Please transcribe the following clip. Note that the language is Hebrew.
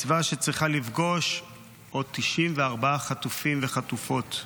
מצווה שצריכה לפגוש עוד 94 חטופים וחטופות,